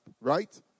right